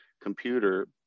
computer